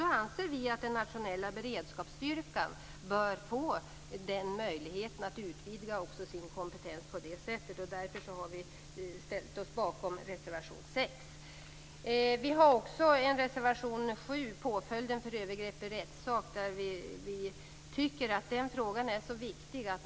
Vi anser att den nationella beredskapsstyrkan bör få möjlighet att vidga sin kompetens. Därför har vi ställt oss bakom reservation 6. Reservation 7 gäller påföljden för övergrepp i rättssak. Vi tycker att den frågan är så viktig.